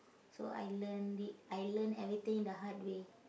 so I learn it I learn everything the hard way